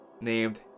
named